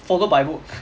follow by book